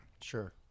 Sure